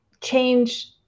change